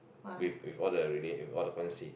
with with all the and all the policy